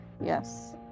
Yes